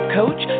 coach